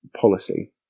Policy